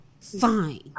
fine